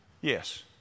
Yes